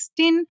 16